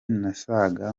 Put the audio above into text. nasaga